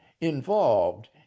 involved